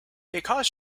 because